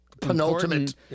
penultimate